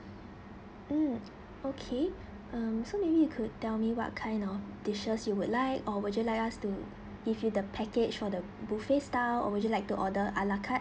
mm okay um so maybe you could tell me what kind of dishes you would like or would you like us to give you the package for the buffet style or would you like to order a la carte